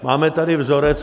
Máme tady vzorec.